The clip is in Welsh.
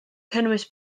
cynnwys